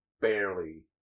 Barely